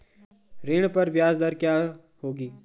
ऋण पर ब्याज दर क्या होगी?